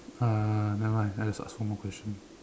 uh nevermind I just ask one more question